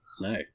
No